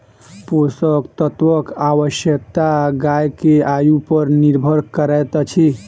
पोषक तत्वक आवश्यकता गाय के आयु पर निर्भर करैत अछि